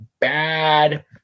bad